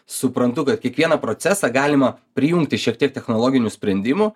suprantu kad kiekvieną procesą galima prijungti šiek tiek technologinių sprendimų